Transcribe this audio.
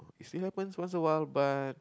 it still happens once awhile but